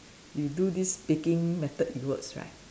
you do this baking method it works right